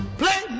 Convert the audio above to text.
play